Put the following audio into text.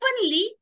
openly